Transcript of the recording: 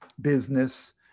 business